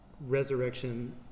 resurrection